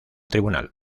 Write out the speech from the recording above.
tribunal